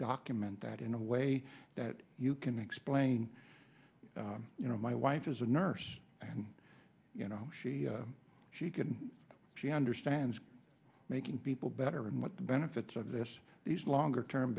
document that in a way that you can explain you know my wife is a nurse you know she she can she understands making people better and what the benefits of this these longer term